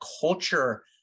culture